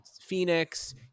Phoenix